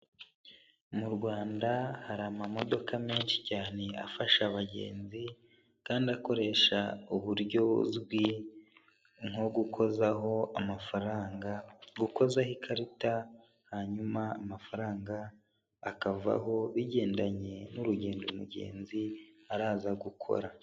Mu Rwanda hari amamodoka menshi cyane afasha abagenzi, kandi akoresha uburyo buzwi nko gukozaho amafaranga, gukozaho ikarita, hanyuma amafaranga akavaho, bigendanye n'urugendo umugenzi araza gukora.